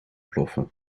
ploffen